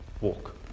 walk